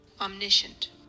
Omniscient